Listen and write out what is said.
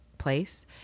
place